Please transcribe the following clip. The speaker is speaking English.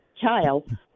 child